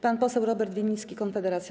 Pan poseł Robert Winnicki, Konfederacja.